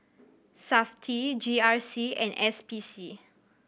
Safti G R C and S P C